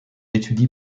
étudie